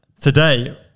today